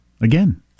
again